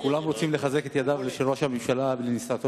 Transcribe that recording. כולם רוצים לחזק את ידיו של ראש הממשלה בנסיעתו.